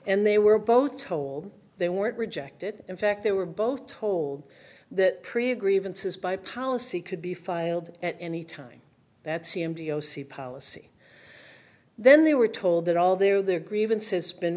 and they were both told they were rejected in fact they were both told that period grievances by policy could be filed at any time that c m d o c policy then they were told that all their their grievances been